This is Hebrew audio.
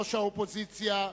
יושבת-ראש האופוזיציה,